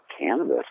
cannabis